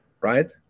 right